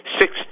six